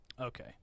Okay